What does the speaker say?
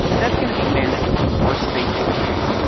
that's going to be management, our stakeholders.